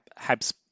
Habs